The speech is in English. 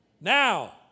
Now